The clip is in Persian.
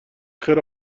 خیر